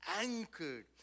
anchored